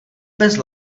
bez